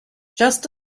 just